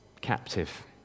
captive